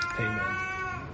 amen